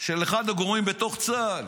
של אחד הגורמים בתוך צה"ל